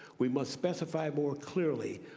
we must specify more clearly,